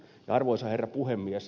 arvoisa herra puhemies